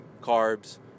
carbs